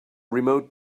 remote